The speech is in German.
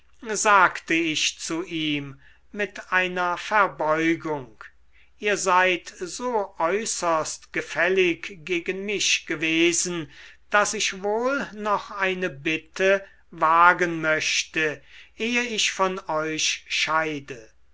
sagte ich zu ihm mit einer verbeugung ihr seid so äußerst gefällig gegen mich gewesen daß ich wohl noch eine bitte wagen möchte ehe ich von euch scheide